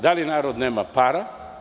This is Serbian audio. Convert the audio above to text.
Da li narod nema para?